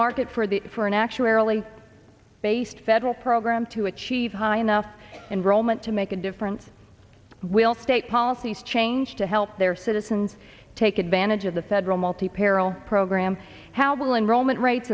market for the for an actuarily based federal program to achieve high enough enrollment to make a difference will state policies change to help their citizens take advantage of the federal multi peril program how will enroll meant ra